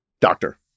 Doctor